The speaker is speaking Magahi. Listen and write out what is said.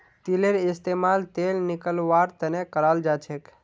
तिलेर इस्तेमाल तेल निकलौव्वार तने कराल जाछेक